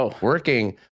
working